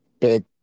big